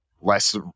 less